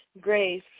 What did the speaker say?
grace